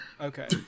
Okay